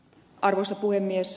arvoisa puhemies